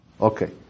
okay